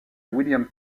william